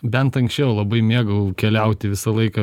bent anksčiau labai mėgau keliauti visą laiką